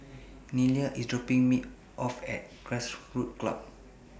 Nelia IS dropping Me off At Grassroots Club